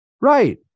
Right